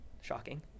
Shocking